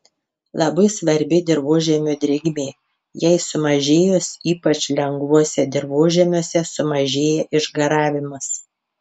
labai svarbi dirvožemio drėgmė jai sumažėjus ypač lengvuose dirvožemiuose sumažėja išgaravimas